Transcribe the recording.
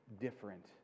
different